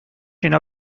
اینا